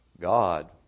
God